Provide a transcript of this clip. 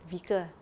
vehicle ah